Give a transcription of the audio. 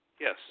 Yes